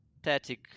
static